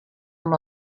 amb